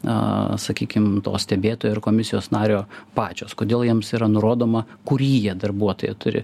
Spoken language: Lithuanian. na sakykim to stebėtojo ar komisijos nario pačios kodėl jiems yra nurodoma kurį jie darbuotoją turi